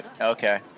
Okay